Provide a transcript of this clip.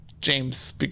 James